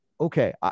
Okay